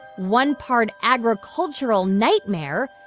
one part agricultural nightmare,